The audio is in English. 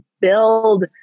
build